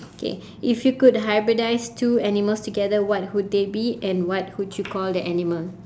okay if you could hybridise two animals together what would they be and what would you call the animal